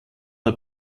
der